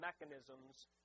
mechanisms